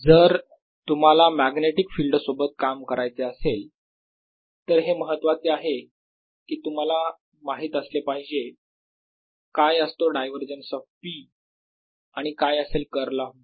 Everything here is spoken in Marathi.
Br0I4πdl×r rr r3 dIdt0 जर तुम्हाला मॅग्नेटिक फिल्ड सोबत काम करायचे असेल तर हे महत्त्वाचे आहे की तुम्हाला माहीत असले पाहिजे काय असतो डायवरजन्स ऑफ B आणि काय असेल कर्ल ऑफ B